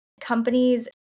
companies